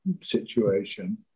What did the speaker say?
situation